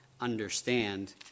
understand